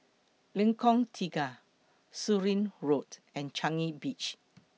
Lengkong Tiga Surin Road and Changi Beach